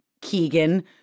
Keegan